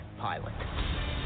pilot